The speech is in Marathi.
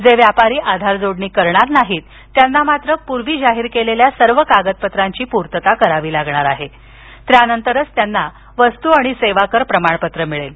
जे व्यापारी आधार जोडणी करणार नाहीत त्यांना मात्र पूर्वी जाहीर केलेल्या सर्व कागदपत्रांची पूर्तता करावी लागणार आहे त्यानंतरच त्यांना वस्तू आणि सेवा कर प्रमाणपत्र दिलं जाईल